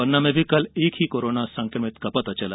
पन्ना में भी कल एक कोरोना संक्रमित का पता चला